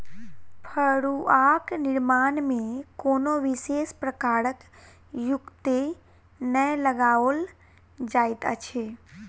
फड़ुआक निर्माण मे कोनो विशेष प्रकारक युक्ति नै लगाओल जाइत अछि